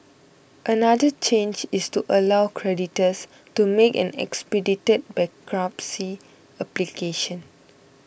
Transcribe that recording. another change is to allow creditors to make an expedited bankruptcy application